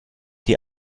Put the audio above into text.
die